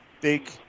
big